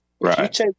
Right